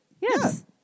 Yes